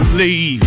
leave